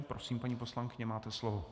Prosím, paní poslankyně, máte slovo.